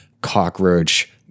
cockroach